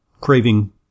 craving